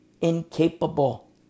Incapable